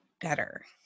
better